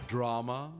Drama